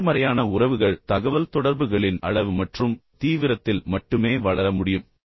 எனவே நேர்மறையான உறவுகள் தகவல்தொடர்புகளின் அளவு மற்றும் தீவிரத்தில் மட்டுமே வளர முடியும்